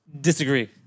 Disagree